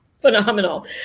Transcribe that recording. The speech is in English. Phenomenal